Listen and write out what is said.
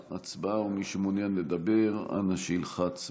ההצבעה, ומי שמעוניין לדבר, אנא, שילחץ בעד.